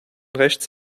rechts